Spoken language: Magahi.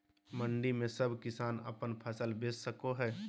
मंडी में सब किसान अपन फसल बेच सको है?